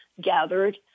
gathered